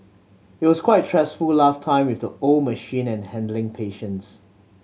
it was quite stressful last time with the old machine and handling patients